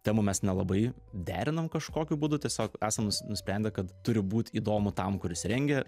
temų mes nelabai derinam kažkokiu būdu tiesiog esam nus nusprendę kad turi būt įdomu tam kuris rengia